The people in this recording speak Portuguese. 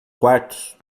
quartos